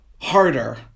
harder